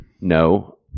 No